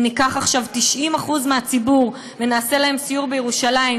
אם ניקח עכשיו 90% מהציבור ונעשה להם סיור בירושלים,